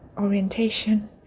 orientation